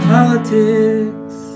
Politics